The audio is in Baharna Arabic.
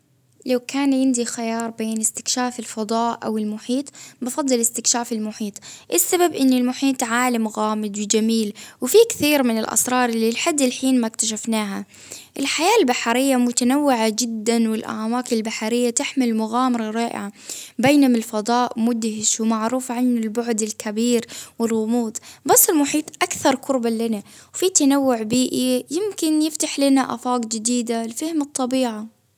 لو كان عندي خيار بين إستكشاف الفضاء أو المحيط بفضل إستكشاف المحيط. إيه السبب إن المحيط عالم غامض وجميل، وفيه كثير من الأسرار اللي لحد الحين ما إكتشفناها، الحياة البحرية متنوعة جدا والأعماق البحرية تحمل مغامرة رائعة، بينما الفضاء مدهش عن البعد الكبير والغموض بس المحيط أكثر قربا لنا في تنوع بيئي، يمكن يفتح لنا آفاق جديدة لفهم الطبيعة.